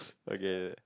okay